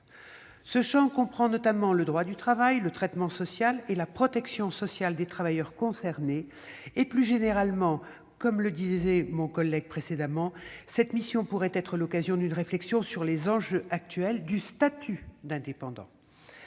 Ce champ comprend notamment le droit du travail, le traitement social et la protection sociale des travailleurs concernés. Plus généralement, comme l'a dit mon collègue, cette mission pourrait être l'occasion d'une réflexion sur les enjeux actuels du statut d'indépendant.